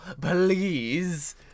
please